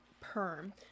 perm